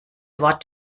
wort